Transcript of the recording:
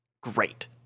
great